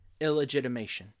Illegitimation